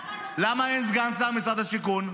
למה אין סגן שר במשרד השיכון?